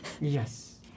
Yes